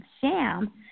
sham